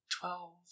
Twelve